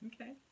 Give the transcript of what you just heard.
okay